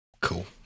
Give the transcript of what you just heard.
cool